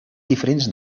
diferents